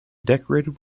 decorated